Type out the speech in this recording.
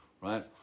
right